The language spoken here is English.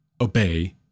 obey